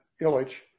Illich